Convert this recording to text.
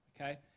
okay